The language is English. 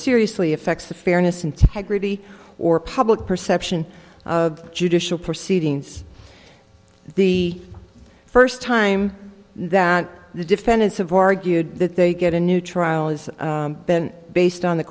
seriously affects the fairness integrity or public perception of judicial proceedings the first time that the defendants have argued that they get a new trial has been based on the